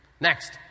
Next